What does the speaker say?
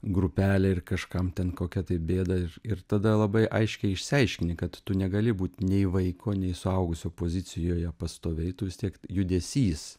grupelę ir kažkam ten kokia tai bėda ir ir tada labai aiškiai išsiaiškini kad tu negali būt nei vaiko nei suaugusio pozicijoje pastoviai tu vis tiek judesys